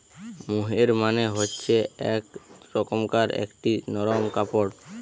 মোহের মানে হচ্ছে এক রকমকার একটি নরম কাপড়